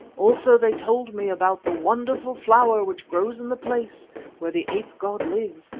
also they told me about the wonderful flower which grows in the place where the ape-god lives,